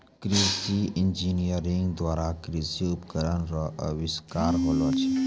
कृषि इंजीनियरिंग द्वारा कृषि उपकरण रो अविष्कार होलो छै